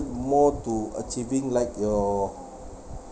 more to achieving like your